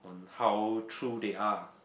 how true they are